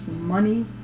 money